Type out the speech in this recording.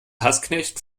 hassknecht